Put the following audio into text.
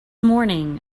morning